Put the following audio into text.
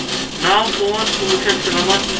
نو پانٛژھ کُنہٕ وُہ شَتھ شُنَمَتھ